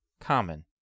common